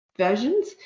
Versions